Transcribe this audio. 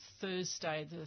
Thursday